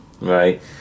Right